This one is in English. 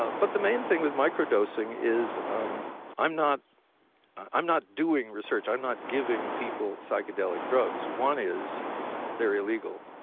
ah but the main thing with micro-dosing is i'm not i'm not doing research. i'm not giving people psychedelic drugs. one is they're illegal,